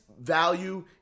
value